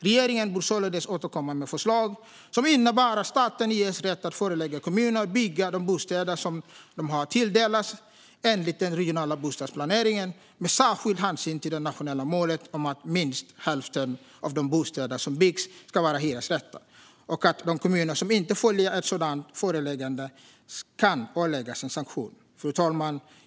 Regeringen bör således återkomma med förslag som innebär att staten ges rätt att förelägga kommuner att bygga de bostäder som de har tilldelats enligt den regionala bostadsplaneringen, med särskild hänsyn till det nationella målet om att minst hälften av de bostäder som byggs ska vara hyresrätter, och att de kommuner som inte följer ett sådant föreläggande kan åläggas en sanktion. Fru talman!